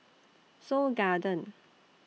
Seoul Garden